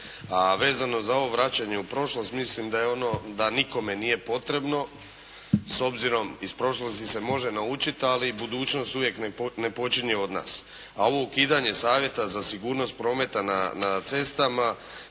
A vezano za ovo vraćanje u prošlost, mislim da je ono, da nikome nije potrebno. S obzirom iz prošlosti se može naučiti, ali budućnost uvijek …/Govornik se ne razumije./… od nas. A ovo ukidanje savjeta za sigurnost prometa na cestama